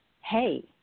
hey